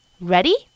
Ready